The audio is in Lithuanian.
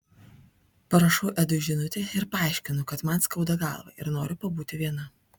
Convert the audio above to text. parašau edui žinutę ir paaiškinu kad man skauda galvą ir noriu pabūti viena